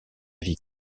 vie